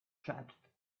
chattered